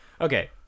Okay